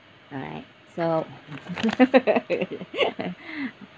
alright so